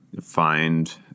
find